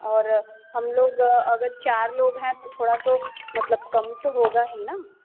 और हम लोग अगर चार लोग हैं थोड़ा तो मतलब कम तो होगा ही ना